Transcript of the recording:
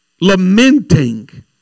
lamenting